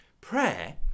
Prayer